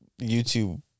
YouTube